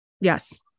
Yes